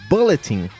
Bulletin